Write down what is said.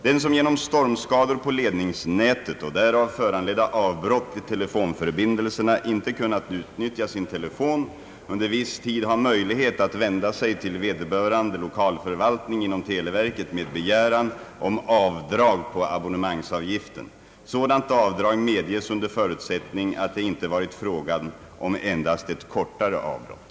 Den som genom stormskador på ledningsnätet och därav föranledda avbrott i telefonförbindelserna inte kunnat utnyttja sin telefon under viss tid har möjlighet att vända sig till vederbörande lokalförvaltning inom televerket med begäran om avdrag på abonnemangsavgiften. Sådant avdrag medges under förutsättning att det inte varit fråga om endast ett kortare avbrott.